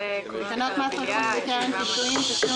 "תקנות מס רכוש וקרן פיצויים (תשלום